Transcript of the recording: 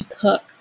cook